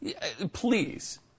please